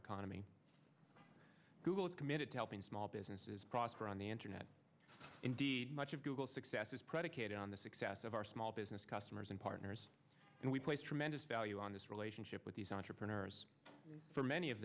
economy google is committed to helping small businesses prosper on the internet indeed much of google's success is predicated on the success of our small business customers and partners and we place tremendous value on this relationship with these entrepreneurs for many of